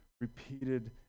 repeated